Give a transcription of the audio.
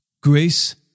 Grace